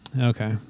Okay